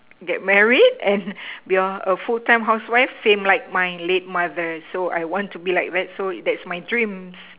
get married and be a full time housewife same like my late mother so I want to be like that so that's my dreams